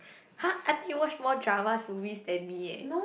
!huh! I think you watch more dramas movies than me eh